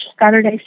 Saturday